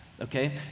okay